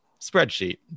spreadsheet